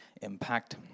impact